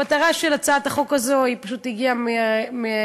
המטרה של הצעת החוק הזאת פשוט הגיעה מהציבור: